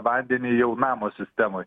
vandenį jau namo sistemoj